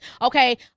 okay